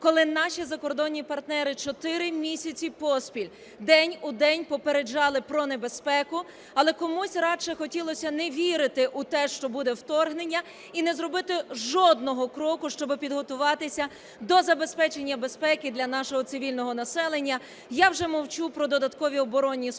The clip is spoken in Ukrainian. коли наші закордонні партнери 4 місяці поспіль, день у день попереджали про небезпеку, але комусь радже хотілося не вірити у те, що буде вторгнення і не зробити жодного кроку, щоб підготуватися до забезпечення безпеки для нашого цивільного населення, я вже мовчу про додаткові оборонні споруди,